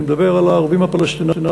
אני מדבר על הערבים הפלסטינים,